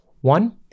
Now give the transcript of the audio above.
One